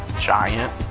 giant